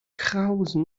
krause